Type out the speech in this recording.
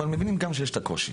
אבל אנחנו מבינים גם שיש את הקושי.